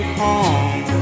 home